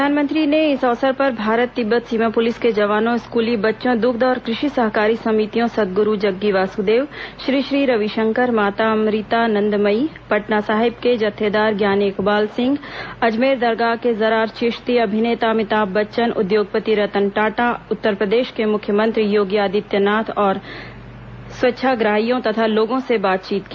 प्रधानमंत्री ने इस अवसर पर भारत तिब्बत सीमा पुलिस के जवानों स्कूली बच्चों दुग्ध और कृषि सहकारी समितियों सद्गुरू जग्गी वासुदेव श्री श्री रविशंकर माता अमृतानंदमयी पटनासाहेब के जत्थेदार ज्ञानी इकबाल सिंह अजमेर दरगाह के ज़रार चिश्ती अभिनेता अमिताभ बच्चन उद्योगपति रतन टाटा उत्तर प्रदेश के मुख्यमंत्री योगी आदित्यनाथ और स्वच्छाग्रहियों तथा लोगों से बातचीत की